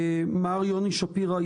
מר יוני שפירא,